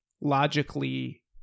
logically